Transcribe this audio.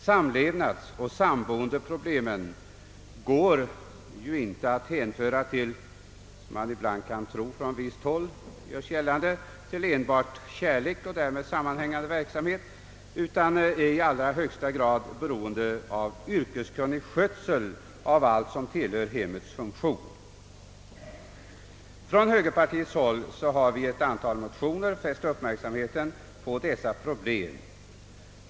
Samlevnadsoch samboendeproblemen inskränker sig inte enbart till — vilket ibland vill göras gällande från visst håll — kärlek och därmed sammanhängande verksamhet, utan lösningen av samlevnadsoch samboendefrågorna beror i mycket hög grad på yrkeskunnig skötsel av allt som tillhör hemmets funktioner. Högerpartiet har i ett antal motioner fäst uppmärksamheten på dessa problem.